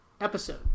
episode